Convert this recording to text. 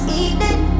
evening